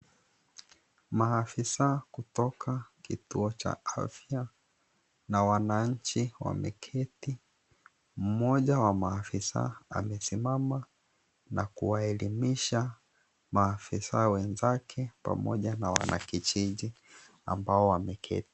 Maafisa kutoka kituo cha afia na wananchi wameketi. Mmoja wa maafisa amesimama na kuwaelimisha maafisa wenzake pamoja na wanakijiji ambao wameketi.